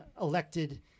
elected